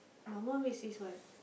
normal means is what